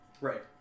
Right